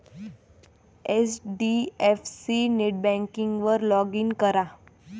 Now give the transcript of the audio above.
HDFC नेटबँकिंगवर log in करा